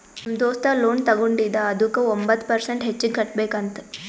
ನಮ್ ದೋಸ್ತ ಲೋನ್ ತಗೊಂಡಿದ ಅದುಕ್ಕ ಒಂಬತ್ ಪರ್ಸೆಂಟ್ ಹೆಚ್ಚಿಗ್ ಕಟ್ಬೇಕ್ ಅಂತ್